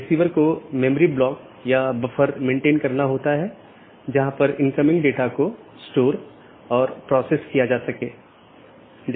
अगर हम BGP घटकों को देखते हैं तो हम देखते हैं कि क्या यह ऑटॉनमस सिस्टम AS1 AS2 इत्यादि हैं